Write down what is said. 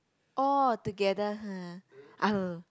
orh together !huh!